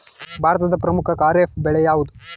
ಭಾರತದ ಪ್ರಮುಖ ಖಾರೇಫ್ ಬೆಳೆ ಯಾವುದು?